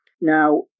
Now